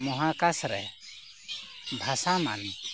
ᱢᱚᱦᱟᱠᱟᱥ ᱨᱮ ᱵᱷᱟᱥᱚᱢᱟᱱ